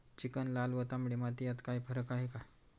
Chicken, लाल व तांबडी माती यात काही फरक आहे का?